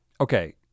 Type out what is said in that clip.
Okay